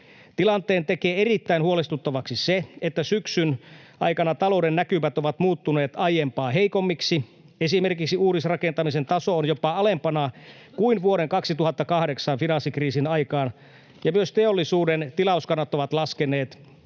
Tilanteen tekee erittäin huolestuttavaksi se, että syksyn aikana talouden näkymät ovat muuttuneet aiempaa heikommiksi. Esimerkiksi uudisrakentamisen taso on jopa alempana kuin vuoden 2008 finanssikriisin aikaan, ja myös teollisuuden tilauskannat ovat laskeneet.